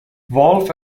valve